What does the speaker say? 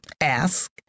ask